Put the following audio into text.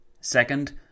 Second